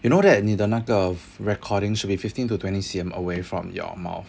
you know that 你的那个 recording should be fifteen to twenty C_M away from your mouth